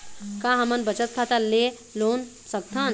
का हमन बचत खाता ले लोन सकथन?